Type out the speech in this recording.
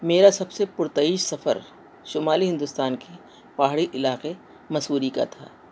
میرا سب سے پرتعیش سفر شمالی ہندوستان کی پہاڑی علاقے مسوری کا تھا